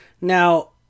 Now